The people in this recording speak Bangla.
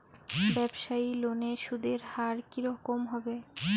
ব্যবসায়ী লোনে সুদের হার কি রকম হবে?